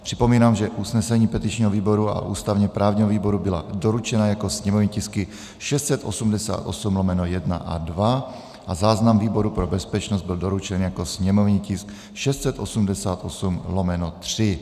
Připomínám, že usnesení petičního výboru a ústavněprávního výboru byla doručena jako sněmovní tisky 688/1 a 2 a záznam výboru pro bezpečnost byl doručen jako sněmovní tisk 688/3.